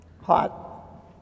Hot